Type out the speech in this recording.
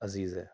عزیز ہے